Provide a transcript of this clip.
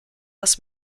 was